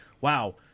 wow